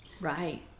right